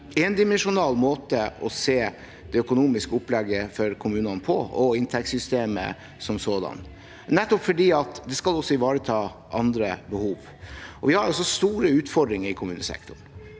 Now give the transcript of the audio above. endimensjonal måte å se det økonomiske opplegget for kommunene på, og inntektssystemet som sådant, for det skal også ivareta andre behov. Vi har altså store utfordringer i kommunesektoren.